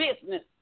business